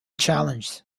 challenged